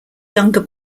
younger